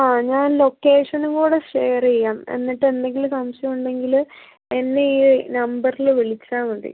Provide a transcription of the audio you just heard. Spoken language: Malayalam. ആ ഞാൻ ലൊക്കേഷനും കൂടെ ഷെയറ് ചെയ്യാം എന്നിട്ടെന്തെങ്കിലും സംശയം ഉണ്ടെങ്കില് എന്നെ ഈ നമ്പറില് വിളിച്ചാൽ മതി